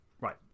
right